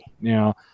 Now